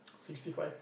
sixty five